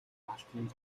хураалтын